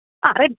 ആ റെഡ്